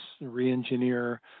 re-engineer